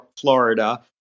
Florida